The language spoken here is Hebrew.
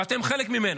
ואתם חלק ממנה,